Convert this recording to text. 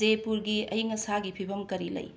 ꯖꯦꯄꯨꯔꯒꯤ ꯑꯌꯤꯡ ꯑꯁꯥꯒꯤ ꯐꯤꯕꯝ ꯀꯔꯤ ꯂꯩ